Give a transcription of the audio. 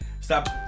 Stop